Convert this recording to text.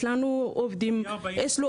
יש לנו שני עובדים.